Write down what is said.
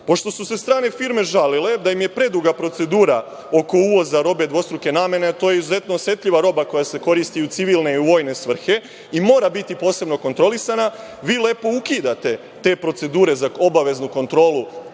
pošto su se strane firme žalile da im je preduga procedura oko uvoza robe dvostruke namene, to je izuzetno osetljiva roba koja se koristi i u civilne i u vojne svrhe i mora biti posebno kontrolisana, vi lepo ukidate te procedure za obaveznu kontrolu